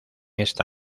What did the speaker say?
esta